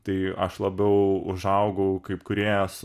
tai aš labiau užaugau kaip kūrėjas